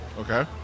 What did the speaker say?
Okay